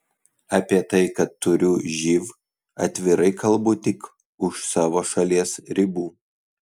apie tai kad turiu živ atvirai kalbu tik už savo šalies ribų